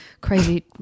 crazy